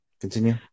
continue